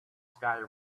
sky